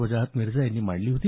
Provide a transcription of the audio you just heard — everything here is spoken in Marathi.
वजाहत मिर्झा यांनी मांडली होती